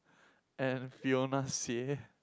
and Fiona-Xie